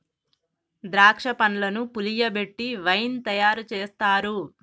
ద్రాక్ష పండ్లను పులియబెట్టి వైన్ తయారు చేస్తారు